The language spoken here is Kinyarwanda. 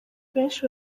benshi